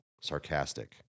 sarcastic